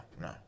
no